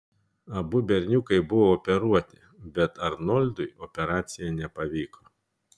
abu berniukai buvo operuoti bet arnoldui operacija nepavyko